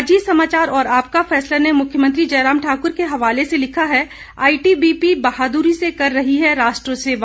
अजीत समाचार और आपका फैसला ने मुख्यमंत्री जयराम ठाक्र के हवाले से लिखा है आईटीबीपी बहादुरी से कर रही है राष्ट्र सेवा